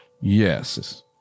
Yes